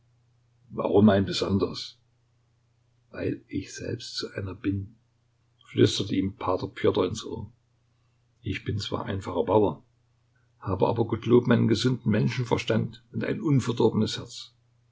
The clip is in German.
warum ein besonderes weil ich selbst so einer bin flüsterte ihm p pjotr ins ohr ich bin zwar einfacher bauer habe aber gottlob meinen gesunden menschenverstand und ein unverdorbenes herz